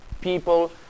people